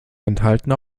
enthalten